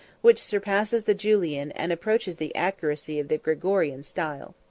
which surpasses the julian, and approaches the accuracy of the gregorian, style.